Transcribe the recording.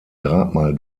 grabmal